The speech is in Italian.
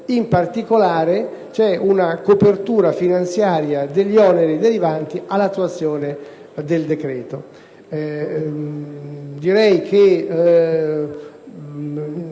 un attimo - c'è la copertura finanziaria degli oneri derivanti dall'attuazione del decreto.